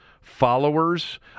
followers